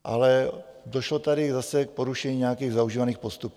Ale došlo tady zase k porušení nějakých zaužívaných postupů.